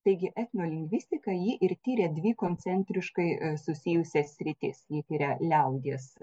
taigi etnolingvistika ji ir tiria dvi koncentriškai susijusias sritis jie tiria liaudies